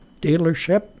dealership